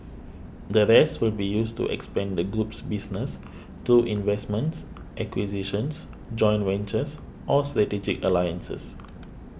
the rest will be used to expand the group's business through investments acquisitions joint ventures or strategic alliances